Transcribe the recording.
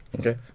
Okay